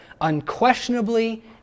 Unquestionably